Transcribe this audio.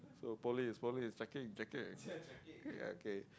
so police police checking checking ya okay